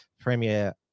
Premier